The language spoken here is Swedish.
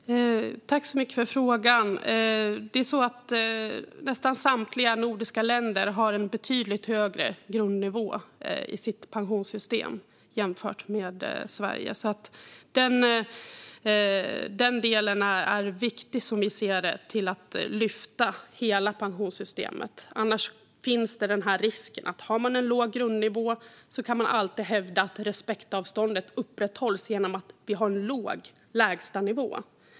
Fru talman! Tack så mycket för frågorna, Hans Eklind! Nästan samtliga nordiska länder har en betydligt högre grundnivå i sina pensionssystem jämfört med Sverige. Den delen ser vi som viktig för att lyfta hela pensionssystemet. Annars finns risken att man med en låg grundnivå alltid kan hävda att respektavståndet upprätthålls genom att ha en låg lägstanivå.